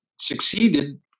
succeeded